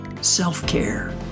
self-care